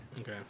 Okay